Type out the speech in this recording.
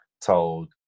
told